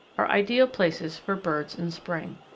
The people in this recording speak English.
are ideal places for birds in spring.